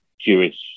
Jewish